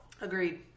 Agreed